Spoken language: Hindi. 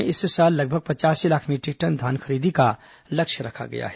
प्रदेश में इस साल लगभग पचयासी लाख मीटरिक टन धान खरीदी का लक्ष्य रखा गया है